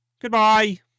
Goodbye